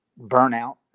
Burnout